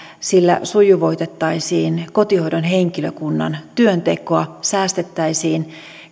sillä sujuvoitettaisiin kotihoidon henkilökunnan työntekoa säästettäisiin